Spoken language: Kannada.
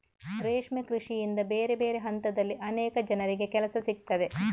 ರೇಷ್ಮೆ ಕೃಷಿಯಿಂದ ಬೇರೆ ಬೇರೆ ಹಂತದಲ್ಲಿ ಅನೇಕ ಜನರಿಗೆ ಕೆಲಸ ಸಿಗ್ತದೆ